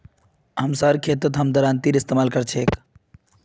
हमसार खेतत हम दरांतीर इस्तेमाल कर छेक